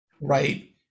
Right